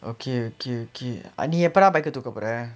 okay okay okay நீ எப்படா:nee eppadaa bike க தூக்க போர:ka tooka porae